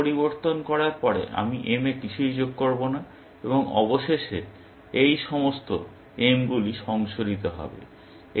আমি m পরিবর্তন করার পরে আমি m এ কিছুই যোগ করব না এবং অবশেষে এই সমস্ত m গুলি সংশোধিত হবে